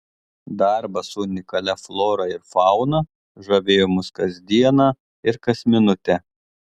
darbas su unikalia flora ir fauna žavėjo mus kas dieną ir kas minutę